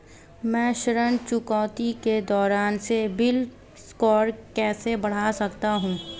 मैं ऋण चुकौती के दौरान सिबिल स्कोर कैसे बढ़ा सकता हूं?